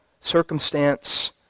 circumstance